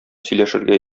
сөйләшергә